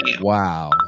Wow